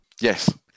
Yes